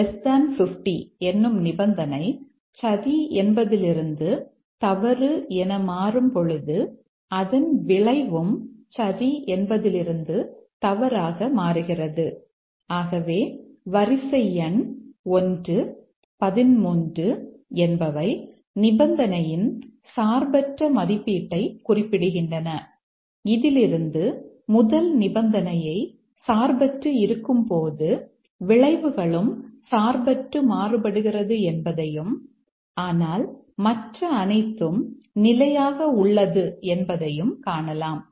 b 50 என்னும் நிபந்தனை சரி என்பதிலிருந்து தவறு என மாறும்பொழுது அதன் விளைவும் சரி என்பதிலிருந்து தவறாக மாறுகிறது ஆகவே வரிசை எண் 1 13 என்பவை நிபந்தனையின் சார்பற்ற மதிப்பீட்டை குறிப்பிடுகின்றன இதிலிருந்து முதல் நிபந்தனையை சார்பற்று இருக்கும்போது விளைவுகளும் சார்பற்று மாறுபடுகிறது என்பதையும் ஆனால் மற்ற அனைத்தும் நிலையாக உள்ளது என்பதையும் காணலாம்